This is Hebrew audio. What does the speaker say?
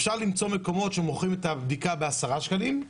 אפשר למצוא מקומות שמוכרים את הבדיקה בעשרה שקלים,